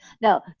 No